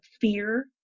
fear